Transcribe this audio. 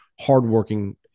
hardworking